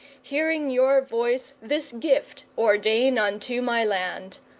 hearing your voice this gift ordain unto my land.